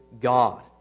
God